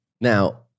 Now